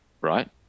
right